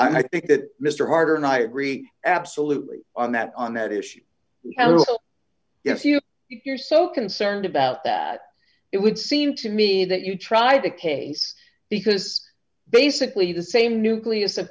i think that mr carter and i agree absolutely on that on that issue if you if you're so concerned about that it would seem to me that you try the case because basically the same nucleus